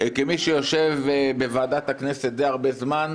כמי שיושב בוועדת הכנסת די הרבה זמן,